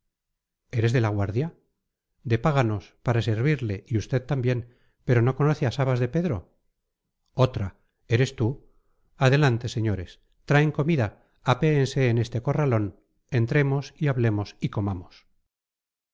eres de la guardia de páganos para servirle y usted también pero no conoce a sabas de pedro otra eres tú adelante señores traen comida apéense en este corralón entremos y hablemos y comamos